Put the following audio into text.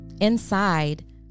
Inside